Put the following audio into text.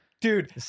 dude